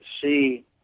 see